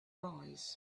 arise